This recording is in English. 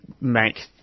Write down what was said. make